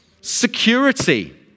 security